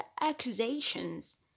accusations